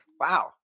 wow